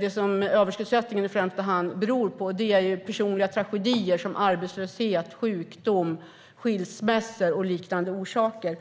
Det som överskuldsättningen i första hand beror på är personliga tragedier som arbetslöshet, sjukdom, skilsmässor och liknande orsaker.